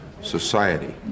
society